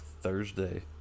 Thursday